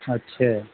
اچھا